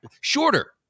shorter